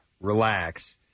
relax